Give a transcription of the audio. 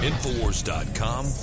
Infowars.com